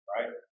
Right